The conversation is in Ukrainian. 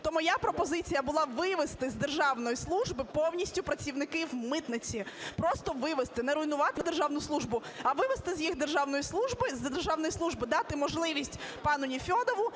то моя пропозиція була: вивести з державної служби повністю працівників митниці, просто вивести. Не руйнувати державну службу, а вивести їх з державної служби, дати можливість пану Нефьодову